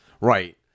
Right